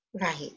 Right